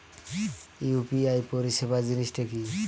UPI পরিসেবা জিনিসটা কি?